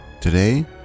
Today